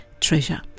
treasure